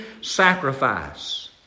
sacrifice